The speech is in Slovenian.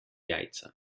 jajca